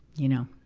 you know.